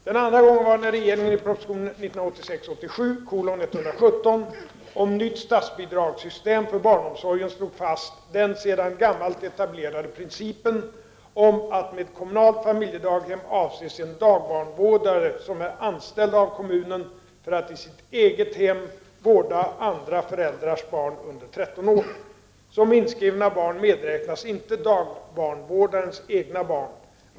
Den andra gången var när regeringen i proposition 1986/87:117 om nytt statsbidragssystem för barnomsorgen slog fast den sedan gammalt etablerade principen om att med kommunalt familjedaghem avses en dagbarnvårdare som är anställd av kommunen för att i sitt eget hem vårda andra föräldrars barn under 13 år. Som inskrivna barn medräknas inte dagbarnvårdarens egna barn.